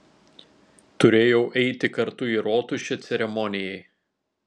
turėjau eiti kartu į rotušę ceremonijai